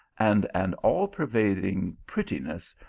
and an all-pervading prettiness,